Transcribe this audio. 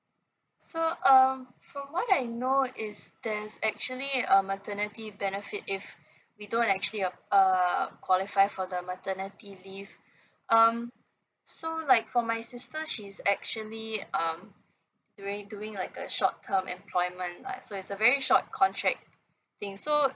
so um from what I know is there's actually a maternity benefit if we don't actually uh err qualify for the maternity leave um so like for my sister she's actually um doing doing like a short term employment lah so it's a very short contract thing so